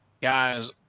guys